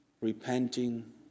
repenting